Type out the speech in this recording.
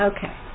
Okay